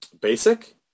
basic